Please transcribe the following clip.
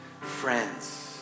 friends